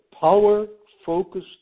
power-focused